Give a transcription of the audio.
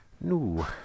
No